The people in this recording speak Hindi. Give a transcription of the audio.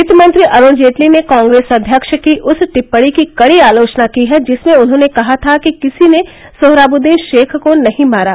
वित्त मंत्री अरूण जेटली ने कांग्रेस अध्यक्ष की उस टिप्पणी की कड़ी आलोचना की है जिसमें उन्होंने कहा था कि किसी ने सोहराबुद्दीन शेख को नहीं मारा